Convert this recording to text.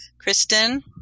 Kristen